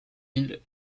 îles